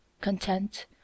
Content